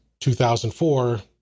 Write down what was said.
2004